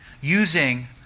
using